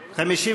נתקבלה.